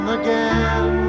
again